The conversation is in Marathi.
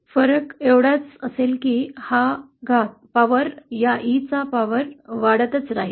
फरक एवढाच असेल की हा घात या ई चा हा घात वाढतच राहील